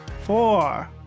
four